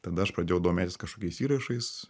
tada aš pradėjau domėtis kažkokiais įrašais